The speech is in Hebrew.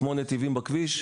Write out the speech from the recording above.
כמו בכביש,